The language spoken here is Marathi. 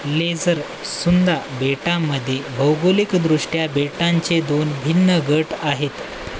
लेझर सुंदा बेटांमध्ये भौगोलिकदृष्ट्या बेटांचे दोन भिन्न गट आहेत